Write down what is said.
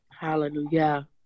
Hallelujah